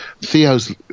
Theo's